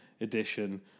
edition